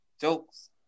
jokes